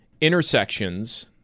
Intersections